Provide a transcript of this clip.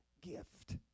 gift